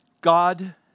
God